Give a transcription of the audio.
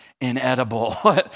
inedible